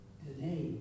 today